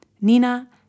nina